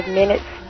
minutes